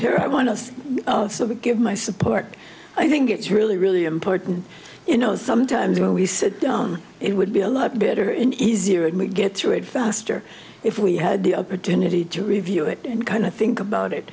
here i want to give my support i think it's really really important you know sometimes when we sit down it would be a lot better in easier and get through it faster if we had the opportunity to review it and kind of think about it